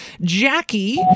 Jackie